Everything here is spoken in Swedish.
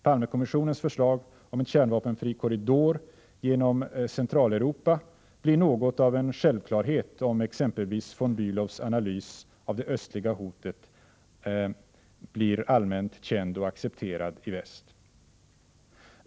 Palmekommissionens förslag om en kärnvapenfri korridor genom Centraleuropa blir något av en självklarhet om von Bilows analys av det östliga hotet blir allmänt känd och accepterad i väst.